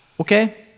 okay